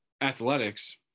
athletics